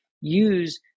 use